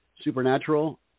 Supernatural